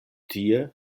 tie